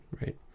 Right